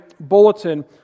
bulletin